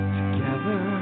together